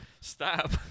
Stop